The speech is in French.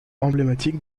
emblématique